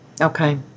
okay